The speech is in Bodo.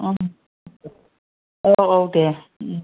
औ औ दे